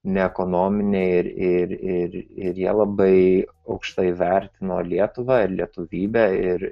ne ekonominiai ir ir ir ir jie labai aukštai vertino lietuvą ir lietuvybę ir